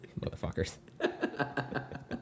motherfuckers